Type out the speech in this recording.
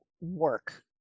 work